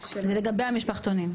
לגבי המשפחתונים,